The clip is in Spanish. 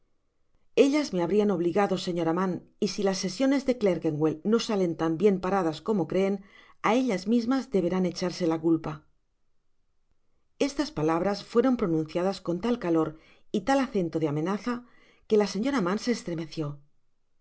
ellas me habrán obligado señora mann y si las sesiones de crekenwell no salen tan bien paradas como creen á ellas mismas deberán echarse la culpa estas palabras fueron pronunciadas con tal calor y tal acento de amenaza que la señora mann se estremeció